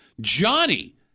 Johnny